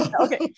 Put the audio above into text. okay